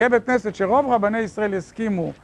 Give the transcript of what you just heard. יהיה בית כנסת שרוב רבני ישראל יסכימו